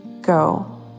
go